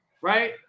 right